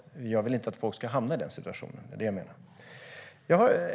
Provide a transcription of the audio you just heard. Jag vill inte att folk ska hamna i den situationen.